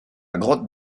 grotte